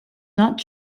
not